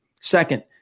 Second